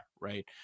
right